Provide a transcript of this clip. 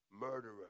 murderer